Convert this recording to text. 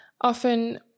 often